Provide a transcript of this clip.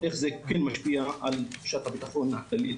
האופן שבו זה כן משפיע על תחושת הביטחון הכללית